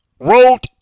wrote